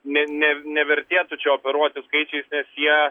ne ne nevertėtų čia operuoti skaičiais nes jie